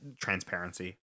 transparency